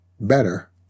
better